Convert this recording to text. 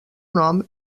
nom